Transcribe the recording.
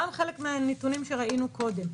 גם חלק מהנתונים שראינו קודם,